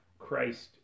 Christ